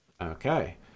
Okay